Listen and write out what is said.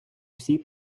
всій